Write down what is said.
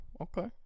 Okay